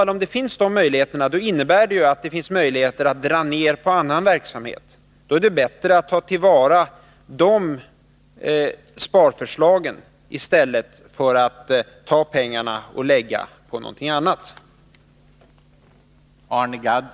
Om de möjligheterna finns, innebär det att det finns möjligheter att dra ned på annan verksamhet. Då är det bättre att ta till vara de möjligheterna att spara än att lägga pengarna på annan verksamhet.